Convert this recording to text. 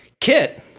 Kit